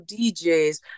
DJs